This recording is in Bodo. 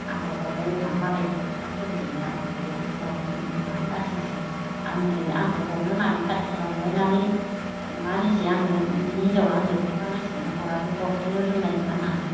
आंखौ हरनाय मालायनि दखना सुरिजोनो आंखौ बायदि हरदों इमान लासिंसिं आं नै आंखो हरनो होननानै खाथिरनानै इमान इसे आंनो बिनि हिनजावआ आंनो दखना गांसेखौनो हराखै हरफिननो रोंनाय नङा होननानै